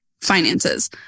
finances